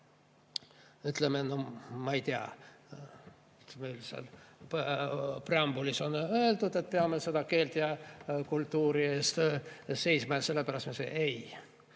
ütleme, no, ma ei tea, et preambulis on öeldud, et peame keele ja kultuuri eest seisma ja sellepärast me [seda